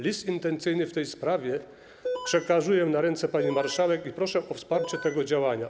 List intencyjny w tej sprawie przekazuję na ręce pani marszałek i proszę o wsparcie tego działania.